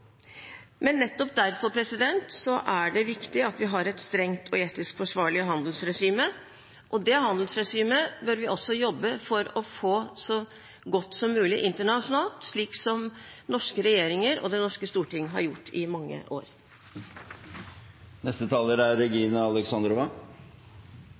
men selvfølgelig også fra våre allierte i NATO. Nettopp derfor er det viktig at vi har et strengt og etisk forsvarlig handelsregime, og det handelsregimet bør vi også jobbe for å få så godt som mulig internasjonalt, slik som norske regjeringer og Det norske storting har gjort i mange år.